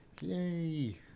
Yay